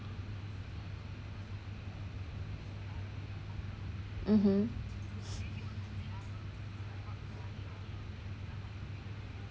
mmhmm